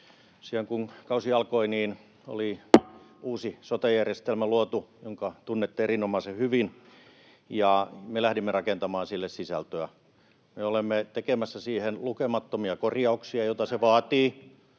kun kausi alkoi, oli luotu uusi sote-järjestelmä, jonka tunnette erinomaisen hyvin, ja me lähdimme rakentamaan sille sisältöä. Me olemme tekemässä siihen lukemattomia korjauksia, joita se teidän